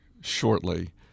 shortly